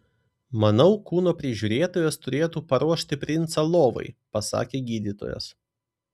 manau kūno prižiūrėtojas turėtų paruošti princą lovai pasakė gydytojas